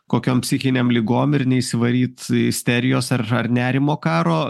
kokiom psichinėm ligom ir neįsivaryt isterijos ar ar nerimo karo